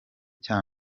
cya